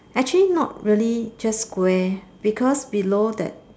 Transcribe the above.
actually not really just square because below that